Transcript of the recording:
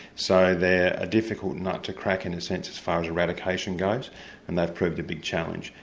so they're a difficult nut to crack in a sense as far as eradication goes and they've proved a big challenge,